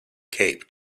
cape